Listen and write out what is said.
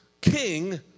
king